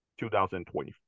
2024